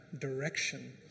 direction